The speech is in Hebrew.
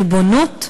ריבונות,